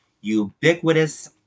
ubiquitous